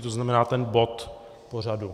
To znamená, ten bod pořadu.